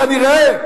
כנראה,